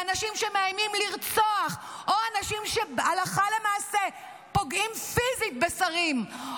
ואנשים שמאיימים לרצוח או אנשים שהלכה למעשה פוגעים פיזית בשרים,